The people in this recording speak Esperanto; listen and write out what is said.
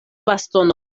bastono